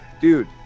dude